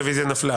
הרביזיה נדחתה.